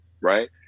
Right